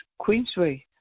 Queensway